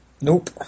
Nope